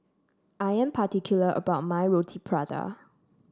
I am particular about my Roti Prata